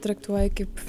traktuoja kaip